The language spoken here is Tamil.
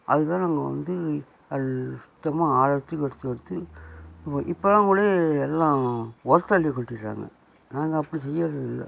அதுக்கு தான் நாங்கள் வந்து நல்லா சுத்தமாக ஆழத்துக்கு எடுத்து எடுத்து இப்போலாம் கூட எல்லாம் அள்ளி கொட்டிடுறாங்க நாங்கள் அப்படி செய்யறது இல்லை